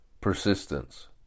Persistence